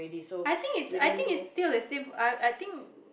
I think it's I think's it's still the same for us I think